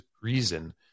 reason